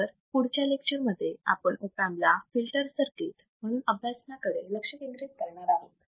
तर पुढच्या लेक्चर मध्ये आपण ऑप अँप ला फिल्टर सर्किट म्हणून अभ्यासण्याकडे लक्ष केंदित करणार आहोत